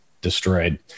destroyed